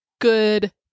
good